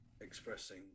expressing